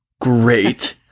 Great